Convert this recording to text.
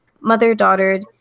mother-daughtered